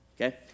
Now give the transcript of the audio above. Okay